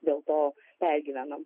dėl to pergyvenam